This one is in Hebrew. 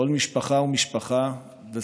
כל משפחה ומשפחה וסיפורה.